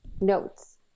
notes